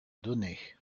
donnée